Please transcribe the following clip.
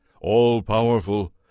all-powerful